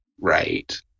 right